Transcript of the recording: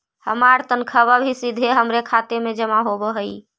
हमार तनख्वा भी सीधा हमारे खाते में जमा होवअ हई